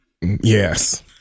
yes